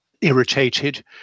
irritated